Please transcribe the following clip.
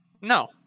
No